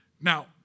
Now